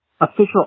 official